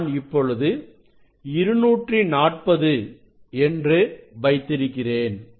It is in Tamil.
நான் இப்பொழுது 240 என்று வைத்திருக்கிறேன்